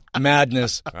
Madness